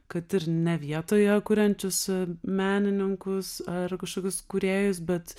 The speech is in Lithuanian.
kad ir ne vietoje kuriančius menininkus ar kažkokius kūrėjus bet